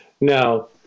now